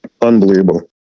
unbelievable